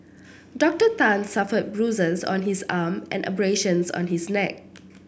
Doctor Tan suffered bruises on his arm and abrasions on his neck